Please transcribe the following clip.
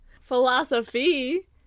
Philosophy